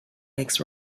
makes